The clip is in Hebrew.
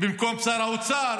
במקום שר האוצר.